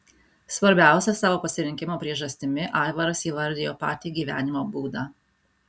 svarbiausia savo pasirinkimo priežastimi aivaras įvardijo patį gyvenimo būdą